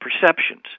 perceptions